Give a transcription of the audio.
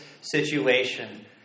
situation